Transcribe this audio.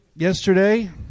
Yesterday